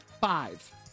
five